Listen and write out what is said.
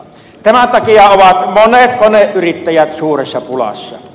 tämän takia ovat monet koneyrittäjät suuressa pulassa